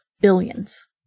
Billions